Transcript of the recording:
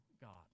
God